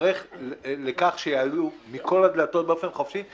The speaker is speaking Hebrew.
לכך שיעלו מכל הדלתות באופן חופשי,